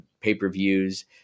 pay-per-views